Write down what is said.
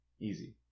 Easy